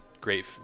great